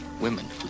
women